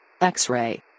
X-ray